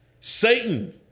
Satan